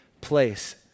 place